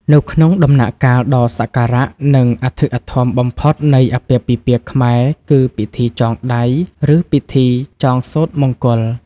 នៅក្នុងដំណាក់កាលដ៏សក្ការៈ និងអធិកអធមបំផុតនៃអាពាហ៍ពិពាហ៍ខ្មែរ គឺពិធីចងដៃ ឬពិធីចងសូត្រមង្គល